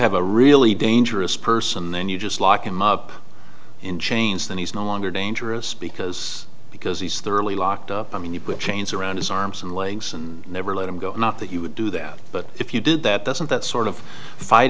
have a really dangerous person and then you just lock him up in chains then he's no longer dangerous because because he's thoroughly locked up and you put chains around his arms and legs and never let him go not that you would do that but if you did that doesn't that sort of fight